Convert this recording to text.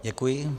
Děkuji.